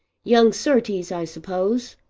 young surtees, i suppose.